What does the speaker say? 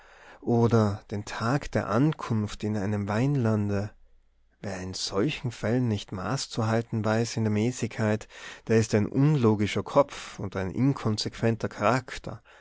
oder den tag der ankunft in einem weinlande wer in solchen fällen nicht maß zu halten weiß in der mäßigkeit der ist ein unlogischer kopf und ein inkonsequenter charakter